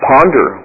Ponder